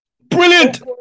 brilliant